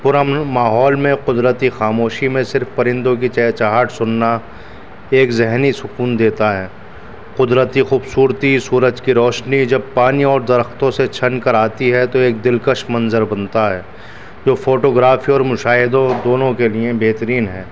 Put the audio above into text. پر امن ماحول میں قدرتی خاموشی میں صرف پرندوں کی چہچہاہٹ سننا ایک ذہنی سکون دیتا ہے قدرتی خوبصورتی سورج کی روشنی جب پانی اور درختوں سے چھن کر آتی ہے تو ایک دلکش منظر بنتا ہے جو فوٹوگرافی اور مشاہدوں دونوں کے لیے بہترین ہے